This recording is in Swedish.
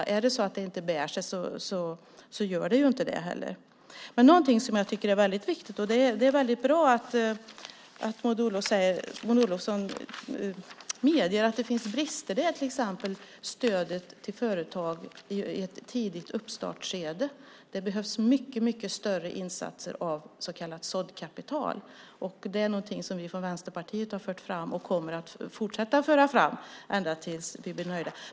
Bär det sig inte, så gör det inte det. Det är bra att Maud Olofsson medger att det finns brister. Det gäller till exempel stödet till företag i ett tidigt uppstartsskede. Det behövs mycket större insatser av så kallat såddkapital. Det är något som vi från Vänsterpartiet har fört fram och kommer att fortsätta föra fram ända tills vi blir nöjda.